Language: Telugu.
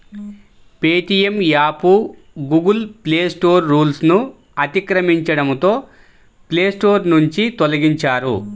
పేటీఎం యాప్ గూగుల్ ప్లేస్టోర్ రూల్స్ను అతిక్రమించడంతో ప్లేస్టోర్ నుంచి తొలగించారు